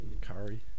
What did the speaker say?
Curry